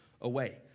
away